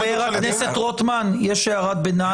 יועמד לדין בבית משפט ישראלי,